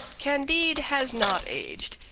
candide has not aged.